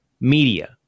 media